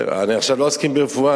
טוב, אנחנו עכשיו לא עוסקים ברפואה.